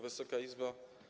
Wysoka Izbo!